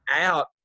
out –